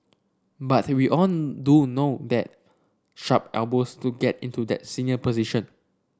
but we all do no that sharp elbows to get into that senior position